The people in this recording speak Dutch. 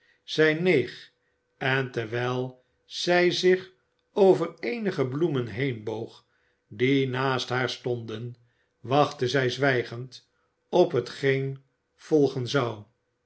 zij neeg en terwijl zij zich over eenige bloemen heen boog die naast haar stonden wachtte zij zwijgend op hetgeen volgen zou